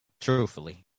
Truthfully